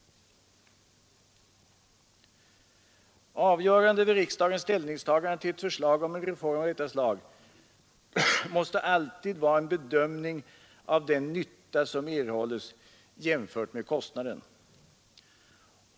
Avgörande vid riksdagens ställningstagande till ett förslag om en reform av detta slag måste alltid vara en bedömning av den nytta som erhålles jämfört med kostnaden.